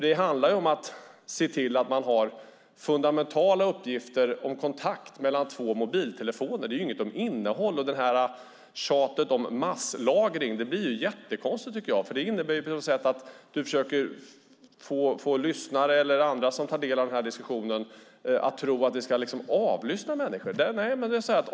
Det handlar om fundamentala uppgifter om kontakt mellan mobiltelefoner. Det är ingenting om innehållet. Tjatet om masslagring blir jättekonstigt. Det innebär på något sätt att du försöker att få lyssnare eller andra som tar del av den här diskussionen att tro att man ska avlyssna människor.